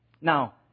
Now